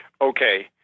Okay